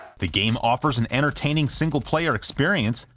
the game offers an entertaining single-player experience,